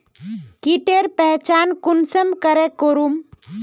कीटेर पहचान कुंसम करे करूम?